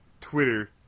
Twitter